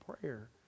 prayer